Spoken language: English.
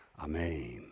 Amen